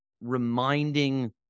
reminding